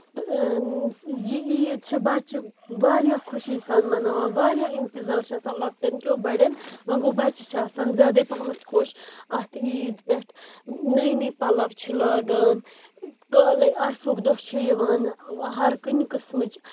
تہٕ ٲں یہِ عیٖد چھِ بَچہِ واریاہ خۄشِی سان مناوان واریاہ اِنتِظار چھُ آسان لۄکٹؠن کؠو بَڑؠن وۄنۍ گُوٚو بَچہِ چھِ آسان زِیادَے پَہمَتھ خۄش اَتھ عیٖد پؠٹھ نٔے نٔے پَلَو چھِ لگان کالَے عرفُک دۄہ چھِ یِوان ہَر کُنہِ قٕسمٕچ